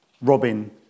Robin